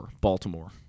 Baltimore